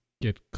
get